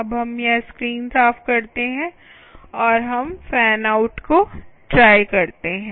अब हम यह स्क्रीन साफ करते हैं और हम फैन आउट को ट्राई करते हैं